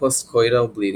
post coital bleeding